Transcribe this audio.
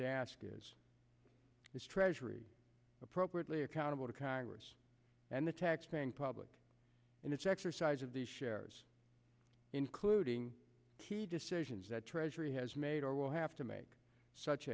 to ask is this treasury appropriately accountable to congress and the taxpaying public in its exercise of the shares including t decisions that treasury has made or will have to make such